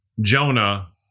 Jonah